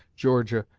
georgia,